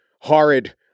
horrid